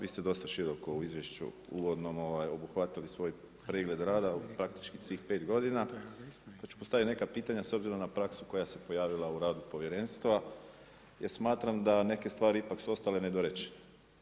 Vi ste dosta široko u izvješću uvodnom obuhvatili svoj pregled rada praktički svih pet godina pa ću postaviti neka pitanja s obzirom na praksu koja se pojavila u radu povjerenstva jer smatram da neke stvari ipak su ostale nedorečene.